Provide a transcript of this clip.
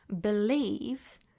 believe